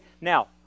now